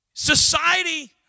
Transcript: Society